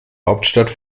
hauptstadt